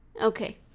Okay